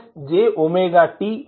వస్తుంది